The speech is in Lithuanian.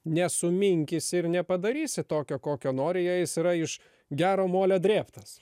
nesuminkysi ir nepadarysi tokio kokio nori jei jis yra iš gero molio drėbtas